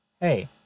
hey